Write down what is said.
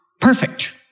perfect